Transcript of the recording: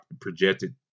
projected